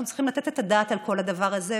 אנחנו צריכים לתת את הדעת על כל הדבר הזה.